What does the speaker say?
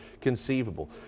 conceivable